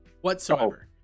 whatsoever